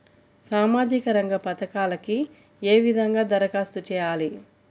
సామాజిక రంగ పథకాలకీ ఏ విధంగా ధరఖాస్తు చేయాలి?